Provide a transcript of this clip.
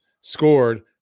scored